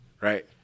Right